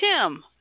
Tim